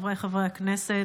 חבריי חברי הכנסת,